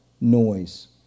noise